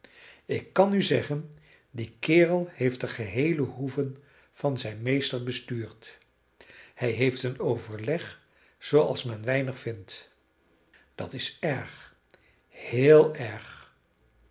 ik kan u zeggen die kerel heeft de geheele hoeve van zijn meester bestuurd hij heeft een overleg zooals men weinig vindt dat is erg heel erg